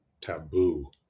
taboo